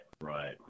right